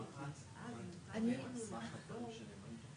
וגם את הדירה העתידית בערך נוכחי של זה,